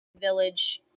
village